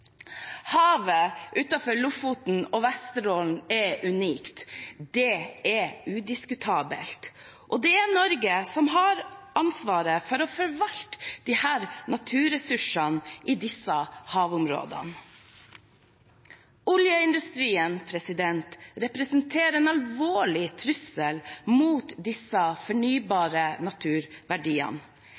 Havet utenfor Lofoten og Vesterålen er unikt – det er udiskutabelt – og det er Norge som har ansvaret for å forvalte disse naturressursene i disse havområdene. Oljeindustrien representerer en alvorlig trussel mot disse fornybare naturverdiene.